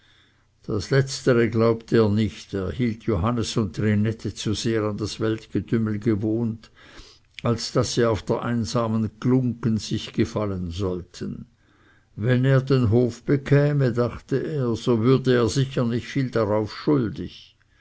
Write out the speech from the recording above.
das letztere glaubte er nicht er hielt johannes und trinette zu sehr an das weltgetümmel gewohnt als daß sie auf der einsamen glunggen sich gefallen sollten wenn er den hof bekäme dachte er so würde er sicher nicht viel darauf schuldig